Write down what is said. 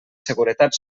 seguretat